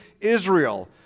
Israel